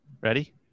Ready